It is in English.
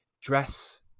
dress